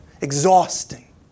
Exhausting